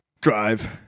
drive